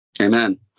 Amen